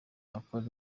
akora